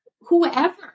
whoever